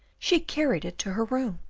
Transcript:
she carried it to her room,